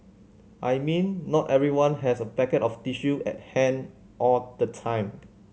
I mean not everyone has a packet of tissue at hand all the time